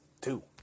two